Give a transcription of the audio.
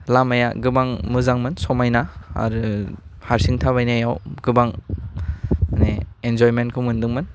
लामाया गोबां मोजांमोन समायना आरो हारसिं थाबायनायाव गोबां माने एन्जयमेन्टखौ मोनदोंमोन